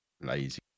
Lazy